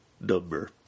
number